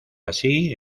así